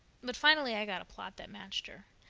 but finally i got a plot that matched her.